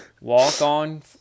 walk-on